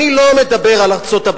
אני לא מדבר על ארצות-הברית.